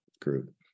group